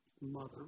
mother